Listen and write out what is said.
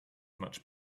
much